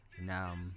Now